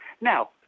Now